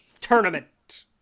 Tournament